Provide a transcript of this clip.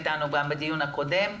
גם בדיון הקודם.